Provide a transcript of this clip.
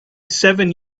seven